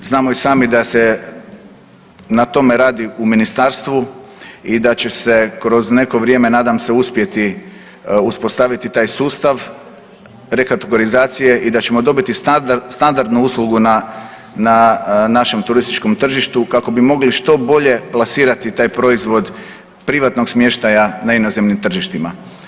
Znamo i sami da se na tome radi u ministarstvu i da će se kroz neko vrijeme nadam se uspjeti uspostaviti taj sustav rekategorizacije i da ćemo dobiti standardnu uslugu na, na našem turističkom tržištu kako bi mogli što bolje plasirati taj proizvod privatnog smještaja na inozemnim tržištima.